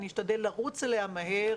אני אשתדל לרוץ עליה מהר,